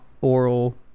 oral